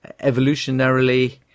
evolutionarily